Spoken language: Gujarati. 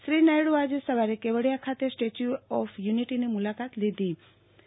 શ્રી નાયડુ આજે સવારે કેવડીયા ખાતે સ્ટેચ્યુ ઓફ યુનિટીની મુલાકાત લીધી ફતી